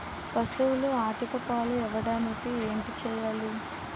పశువులు అధిక పాలు ఇవ్వడానికి ఏంటి చేయాలి